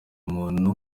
umuntu